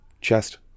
chest